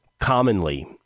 commonly